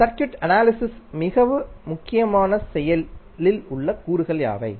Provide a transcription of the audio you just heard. circuit அனாலிஸிஸில் மிக முக்கியமான செயலில் உள்ள கூறுகள் யாவை